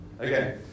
Okay